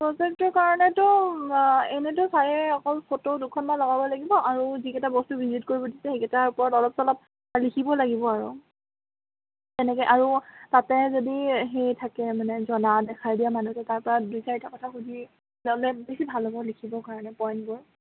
প্ৰজেক্টটো কাৰণেটো এনেইটো ছাৰে অকল ফটো দুখনমান লগাব লাগিব আৰু যিকেইটা বস্তু ভিজিট কৰিব দিছে সেইকেইটাৰ ওপৰত অলপ চলপ লিখিব লাগিব আৰু তেনেকৈ আৰু তাতে যদি হেৰি থাকে মানে জনা দেখাই দিয়া মানুহ তেতিয়া তাৰ পৰা দুই চাৰিটা কথা সুধি ল'লে বেছি ভাল হ'ব লিখিবৰ কাৰণে পইণ্টবোৰ